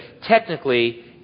technically